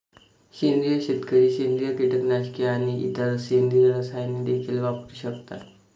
सेंद्रिय शेतकरी सेंद्रिय कीटकनाशके आणि इतर सेंद्रिय रसायने देखील वापरू शकतात